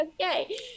okay